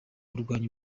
kurwanya